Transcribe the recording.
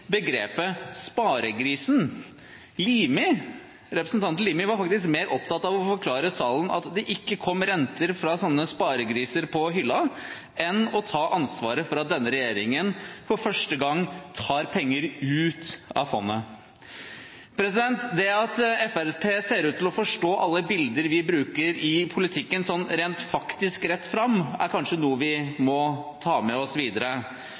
begrepet «sparegrisen». Representanten Limi var faktisk mer opptatt av å forklare salen at det ikke kom renter fra sånne sparegriser på hylla enn å ta ansvaret for at denne regjeringen for første gang tar penger ut av fondet. Det at Fremskrittspartiet ser ut til å forstå alle bilder vi bruker i politikken rent faktisk rett fram, er kanskje noe vi må ta med oss videre.